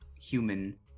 human